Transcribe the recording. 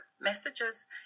messages